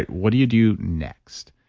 what do you do next?